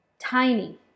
tiny